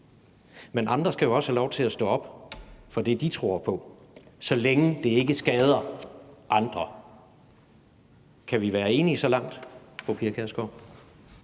Men andre skal jo også have lov til at stå op for det, de tror på, så længe det ikke skader andre. Kan vi være enige så langt, fru Pia Kjærsgaard?